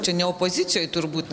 čia ne opozicijoj turbūt na